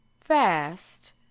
fast